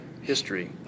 history